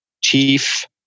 chief